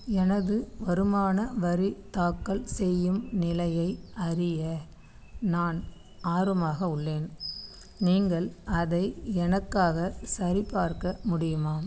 எனது வருமான வரி தாக்கல் செய்யும் நிலையை அறிய நான் ஆர்வமாக உள்ளேன் நீங்கள் அதை எனக்காக சரிப்பார்க்க முடியுமா